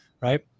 Right